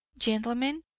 gentlemen,